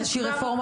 נשרו או פוטרו?